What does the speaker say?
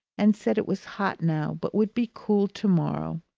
and said it was hot now but would be cool to-morrow.